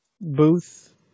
booth